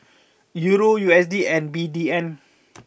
Euro U S D and B D N